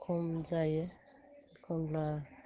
खम जायो एखनब्ला